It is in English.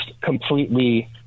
completely